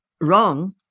wrong